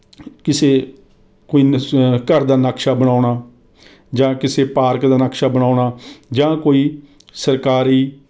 ਕਿਸੇ ਕੁਇਨਸ ਘਰ ਦਾ ਨਕਸ਼ਾ ਬਣਾਉਣਾ ਜਾਂ ਕਿਸੇ ਪਾਰਕ ਦਾ ਨਕਸ਼ਾ ਬਣਾਉਣਾ ਜਾਂ ਕੋਈ ਸਰਕਾਰੀ